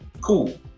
Cool